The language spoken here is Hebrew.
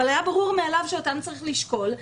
היה ברור מאליו שאותם צריך לשקול,